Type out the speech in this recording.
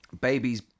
babies